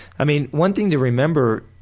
i mean, one thing to remember,